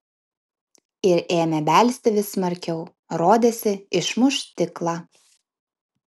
ir ėmė belsti vis smarkiau rodėsi išmuš stiklą